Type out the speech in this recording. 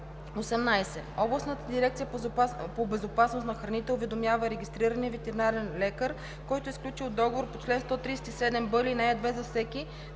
(18) Областната дирекция по безопасност на храните уведомява регистрирания ветеринарен лекар, който е сключил договор по чл. 137б, ал. 2 за всеки